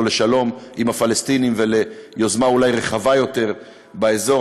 לשלום עם הפלסטינים ואולי ליוזמה רחבה יותר באזור.